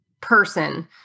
person